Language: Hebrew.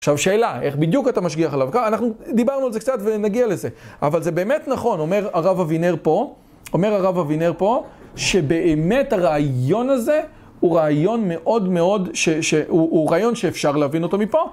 עכשיו שאלה, איך בדיוק אתה משגיח עליו ככה? אנחנו דיברנו על זה קצת ונגיע לזה. אבל זה באמת נכון, אומר הרב אבינר פה, אומר הרב אבינר פה, שבאמת הרעיון הזה, הוא רעיון מאוד מאוד, ש.. ש.. הוא.. הוא רעיון שאפשר להבין אותו מפה.